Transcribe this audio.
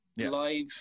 live